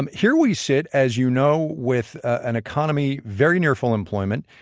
um here we sit, as you know, with an economy very near full employment.